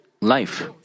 life